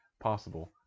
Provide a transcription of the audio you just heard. possible